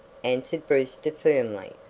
answered brewster firmly,